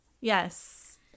Yes